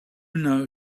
know